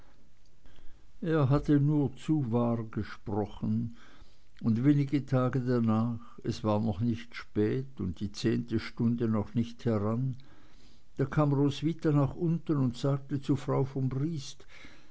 er hatte nur zu wahr gesprochen und wenige tage danach es war noch nicht spät und die zehnte stunde noch nicht heran da kam roswitha nach unten und sagte zu frau von briest